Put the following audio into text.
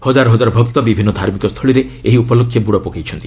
ହଜାର ହଜାର ଭକ୍ତ ବିଭିନ୍ନ ଧାର୍ମିକ ସ୍ଥଳୀରେ ଏହି ଉପଲକ୍ଷେ ବୁଡ଼ ପକାଇଛନ୍ତି